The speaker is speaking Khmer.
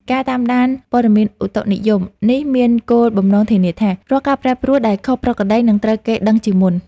ការតាមដានព័ត៌មានឧតុនិយមនេះមានគោលបំណងធានាថា រាល់ការប្រែប្រួលដែលខុសប្រក្រតីនឹងត្រូវគេដឹងជាមុន។